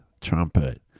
trumpet